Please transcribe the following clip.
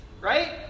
right